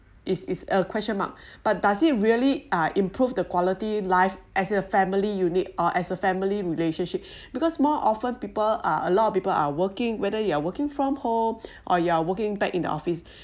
is is a question mark but does it really uh improve the quality life as a family unit or as a family relationship because more often people are a lot of people are working whether you are working from home or you are working back in the office